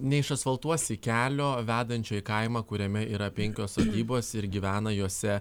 neišasfaltuosi kelio vedančio į kaimą kuriame yra penkios sodybos ir gyvena jose